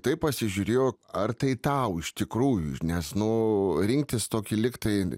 taip pasižiūrėjo ar tai tau iš tikrųjų nes nu rinktis tokį lygtai